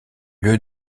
lieu